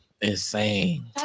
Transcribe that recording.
insane